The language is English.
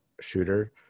shooter